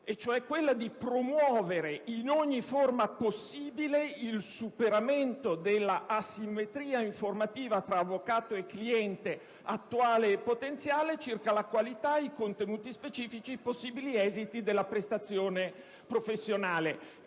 cioè di promuovere «in ogni forma possibile, il superamento dell'asimmetria informativa tra avvocato e cliente attuale e potenziale circa la qualità, i contenuti specifici e i possibili esiti della prestazione professionale».